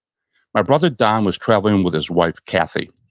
my brother, don, was traveling with his wife, kathy.